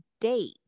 date